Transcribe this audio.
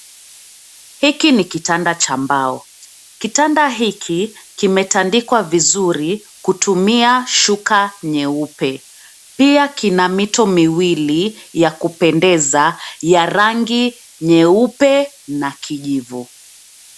Hiki ni kitanda cha mbao. Kitanda hiki kimetandikwa vizuri kutumia shuka nyeupe. Pia kina mito miwili ya kupendeza ya rangi nyeupe na kijivu.